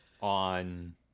on